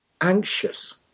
Anxious